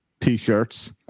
T-shirts